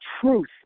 truth